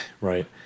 Right